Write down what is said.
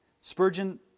Spurgeon